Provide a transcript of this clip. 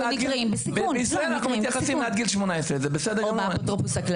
בישראל אנחנו מתייחסים עד גיל 18. אגב,